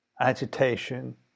agitation